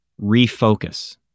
refocus